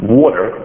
water